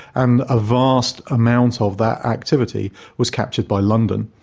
and a vast amount of that activity was captured by london.